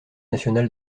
national